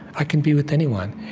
i can be with anyone.